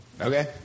Okay